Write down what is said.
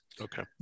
okay